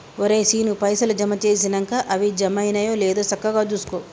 ఒరే శీనూ, పైసలు జమ జేసినంక అవి జమైనయో లేదో సక్కగ జూసుకో